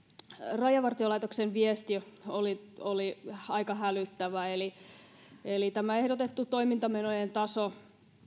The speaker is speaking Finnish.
rajavartiolaitoksen viesti oli oli aika hälyttävä eli eli ehdotettu toimintamenojen taso